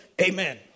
Amen